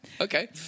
Okay